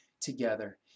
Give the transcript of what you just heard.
together